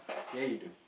ya you do